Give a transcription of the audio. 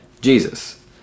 Jesus